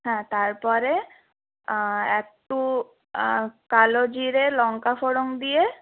হ্যাঁ তার পরে একটু কালো জিরে লঙ্কা ফোড়ন দিয়ে